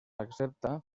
accepta